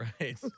Right